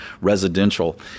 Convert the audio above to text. Residential